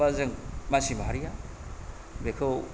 बा जों मानसि माहारिआ बेखौ